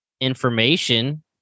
information